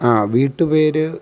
ആ വീട്ടു പേര്